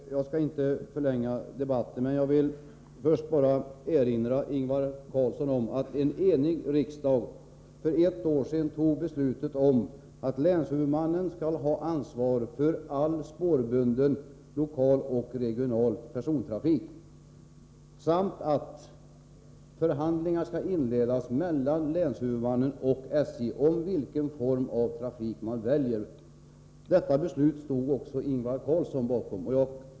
Herr talman! Jag skall inte förlänga debatten. Men jag vill erinra Ingvar Karlsson i Bengtsfors om att en enig riksdag för ett år sedan fattade beslutet om att länshuvudmannen skall ha ansvar för all spårbunden lokal och regional persontrafik, samt att förhandlingar skall inledas mellan länshuvudmannen och SJ om vilken form av trafik man väljer. Detta beslut stod också Ingvar Karlsson bakom.